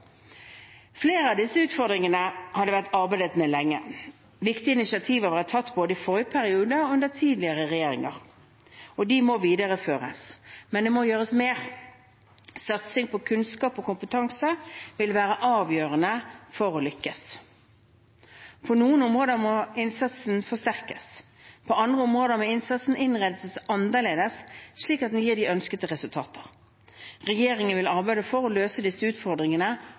Flere av disse utfordringene har det vært arbeidet med lenge. Viktige initiativ har vært tatt både i forrige periode og under tidligere regjeringer. De må videreføres. Men det må gjøres mer. Satsing på kunnskap og kompetanse vil være avgjørende for å lykkes. På noen områder må innsatsen forsterkes. På andre områder må innsatsen innrettes annerledes, slik at den gir de ønskede resultater. Regjeringen vil arbeide for å løse disse utfordringene